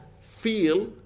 feel